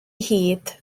hid